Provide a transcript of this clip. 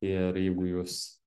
ir jeigu jūs